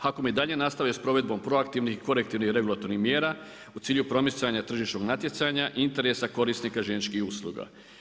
HAKOM je i dalje nastavio s provedbom proaktivnih, korektivnih regulatornih mjera u cilju promicanja tržišnog natjecanja, interesa željezničkih usluga.